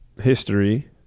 history